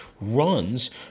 runs